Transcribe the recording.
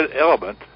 element